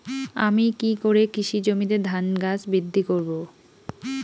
আমি কী করে কৃষি জমিতে ধান গাছ বৃদ্ধি করব?